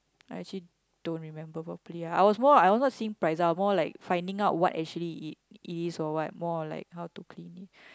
I actually don't remember properly ah I was more I was not seem for example like finding out what actually it is or what more or like how to clean it